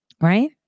right